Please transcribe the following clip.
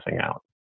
out